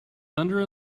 thunder